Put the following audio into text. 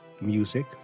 music